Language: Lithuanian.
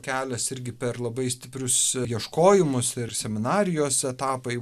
kelias irgi per labai stiprius ieškojimus ir seminarijos etapai